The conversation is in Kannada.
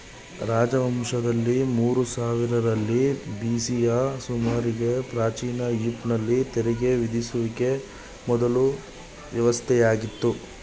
ರಾಜವಂಶದಲ್ಲಿ ಮೂರು ಸಾವಿರರಲ್ಲಿ ಬಿ.ಸಿಯ ಸುಮಾರಿಗೆ ಪ್ರಾಚೀನ ಈಜಿಪ್ಟ್ ನಲ್ಲಿ ತೆರಿಗೆ ವಿಧಿಸುವಿಕೆ ಮೊದ್ಲ ವ್ಯವಸ್ಥೆಯಾಗಿತ್ತು